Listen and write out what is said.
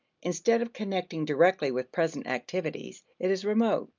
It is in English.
instead of connecting directly with present activities, it is remote,